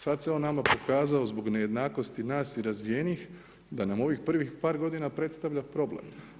Sada se on nama pokazao zbog nejednakosti nas i razvijenijih, da nam u ovih prvih par g. predstavlja problem.